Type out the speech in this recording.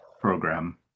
program